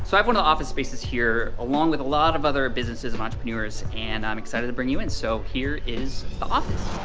so have one of the office spaces here along with a lot of other businesses of entrepreneurs and i'm excited to bring you in, so here is ah